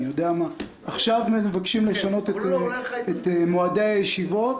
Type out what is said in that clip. עכשיו מבקשים לשנות את מועדי הישיבות.